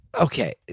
okay